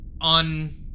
on